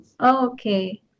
okay